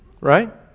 right